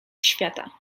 świata